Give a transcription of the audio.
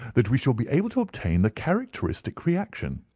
that we shall be able to obtain the characteristic reaction.